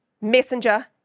Messenger